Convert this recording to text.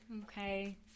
Okay